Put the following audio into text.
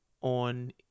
on